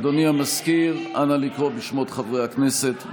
אדוני המזכיר, נא לקרוא בשמות חברי הכנסת.